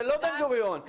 זה לא בן גוריון,